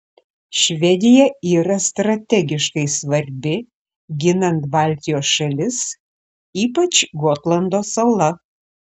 švedija yra strategiškai svarbi ginant baltijos šalis ypač gotlando sala